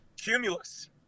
cumulus